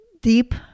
deep